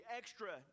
extra